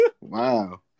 Wow